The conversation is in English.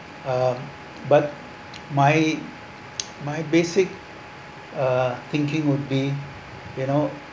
uh but my my basic uh thinking would be you know